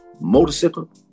motorcycle